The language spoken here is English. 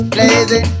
lazy